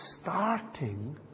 starting